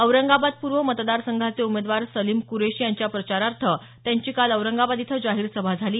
औरंगाबाद पूर्व मतदार संघाचे उमेदवार सलीम कुरैशी यांच्या प्रचारार्थ त्यांची काल औरंगाबाद इथं जाहीर सभा झाली